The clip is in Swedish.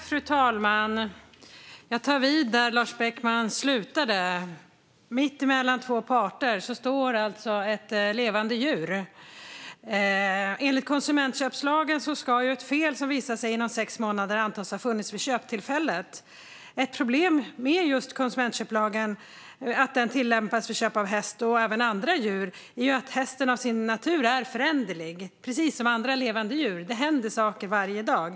Fru talman! Jag tar vid där Lars Beckman slutade. Mitt emellan två parter står alltså ett levande djur. Enligt konsumentköplagen ska ett fel som visar sig inom sex månader antas ha funnits vid köptillfället. Ett problem med att konsumentköplagen tillämpas vid köp av häst, och även andra djur, är att hästen till sin natur är föränderlig, precis som andra levande djur. Det händer saker varje dag.